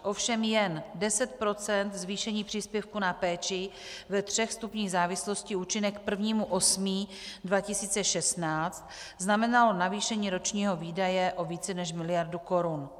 Ovšem jen 10 % zvýšení příspěvku na péči ve třech stupních závislosti účinné k 1. 8. 2016 znamenalo navýšení ročních výdajů o více než miliardu korun.